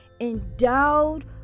endowed